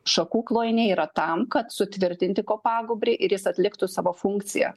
šakų klojiniai yra tam kad sutvirtinti kopagūbrį ir jis atliktų savo funkciją